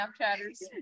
Snapchatters